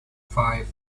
five